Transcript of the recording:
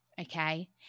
okay